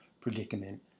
predicament